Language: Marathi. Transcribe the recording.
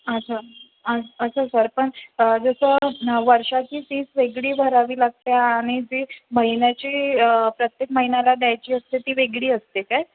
अच्छा अच्छा सर पण जसं न वर्षाची फीस वेगळी भरावी लागते आणि जी महिन्याची प्रत्येक महिन्याला द्यायची असते ती वेगळी असते काय